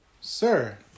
Sir